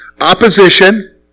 opposition